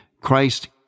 Christ